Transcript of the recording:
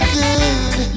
good